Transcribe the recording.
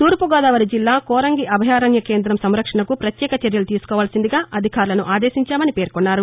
తూర్పుగోదావరి జిల్లా కోరంగి అభయరణ్య కేంద్రం సంరక్షణకు ప్రత్యేక చర్యలు తీసుకోవల్సిందిగా అధికారులను ఆదేశించామని పేర్కొన్నారు